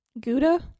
Gouda